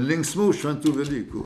linksmų šventų velykų